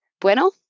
bueno